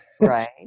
Right